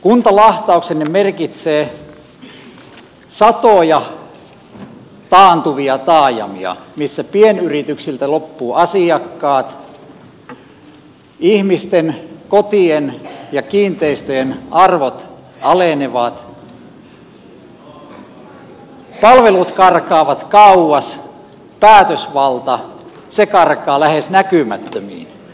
kuntalahtauksenne merkitsee satoja taantuvia taajamia missä pienyrityksiltä loppuvat asiakkaat ihmisten kotien ja kiinteistöjen arvot alenevat palvelut karkaavat kauas päätösvalta karkaa lähes näkymättömiin